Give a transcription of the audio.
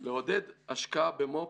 לעודד השקעה במו׳׳פ,